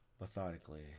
Methodically